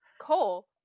Coal